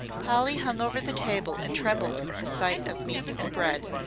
polly hung over the table and trembled at the sight of meat and bread.